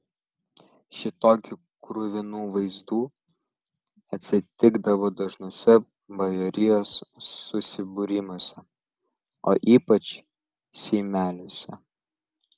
šitokių kruvinų vaizdų atsitikdavo dažnuose bajorijos susibūrimuose o ypač seimeliuose